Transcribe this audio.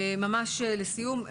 ממש לסיום,